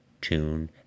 tune